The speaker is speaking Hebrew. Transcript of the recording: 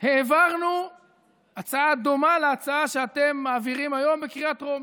העברנו הצעה דומה להצעה שאתם מעבירים היום בקריאה טרומית.